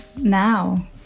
now